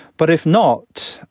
but if not,